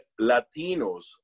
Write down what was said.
Latinos